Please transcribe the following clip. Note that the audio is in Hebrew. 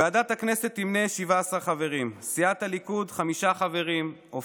ועדת הכנסת תמנה 17 חברים: סיעת הליכוד,